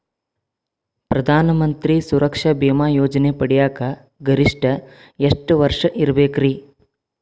ಪ್ರಧಾನ ಮಂತ್ರಿ ಸುರಕ್ಷಾ ಭೇಮಾ ಯೋಜನೆ ಪಡಿಯಾಕ್ ಗರಿಷ್ಠ ಎಷ್ಟ ವರ್ಷ ಇರ್ಬೇಕ್ರಿ?